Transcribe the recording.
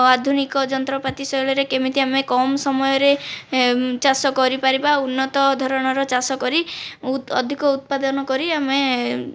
ଆଧୁନିକ ଯନ୍ତ୍ରପାତି ଶୈଳୀରେ କେମିତି ଆମେ କମ୍ ସମୟରେ ଚାଷ କରିପାରିବା ଉନ୍ନତଧରଣର ଚାଷ କରି ବହୁତ ଅଧିକ ଉତ୍ପାଦନ କରି ଆମେ